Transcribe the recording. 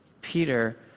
Peter